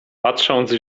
patrząc